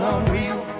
Unreal